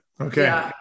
okay